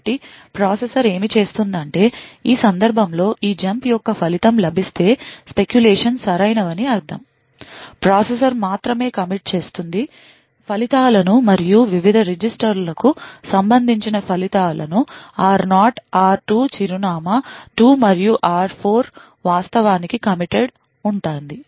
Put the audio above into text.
కాబట్టి ప్రాసెసర్ ఏమి చేస్తుందంటే ఈ సందర్భంలో ఈ జంప్ యొక్క ఫలితం లభిస్తే speculation సరైనవని అర్థం ప్రాసెసర్ మాత్రమే commit చేస్తుంది ఫలితాలను మరియు వివిధ రిజిస్టర్లకు సంబంధించిన ఫలితాల ను r0 r2 చిరునామా 2 మరియు r4 వాస్తవానికి committed ఉంటుంది